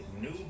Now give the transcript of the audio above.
new